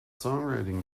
songwriting